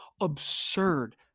absurd